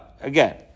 again